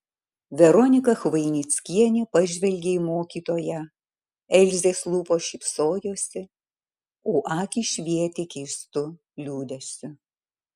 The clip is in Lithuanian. veronika chvainickienė pažvelgė į mokytoją elzės lūpos šypsojosi o akys švietė keistu liūdesiu